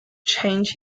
change